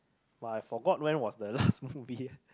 but I forgot when was the last movie